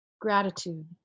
gratitude